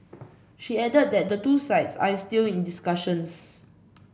she added that the two sides are still in discussions